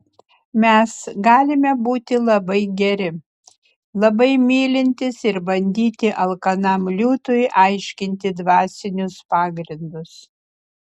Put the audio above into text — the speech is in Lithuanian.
mes galime būti labai geri labai mylintys ir bandyti alkanam liūtui aiškinti dvasinius pagrindus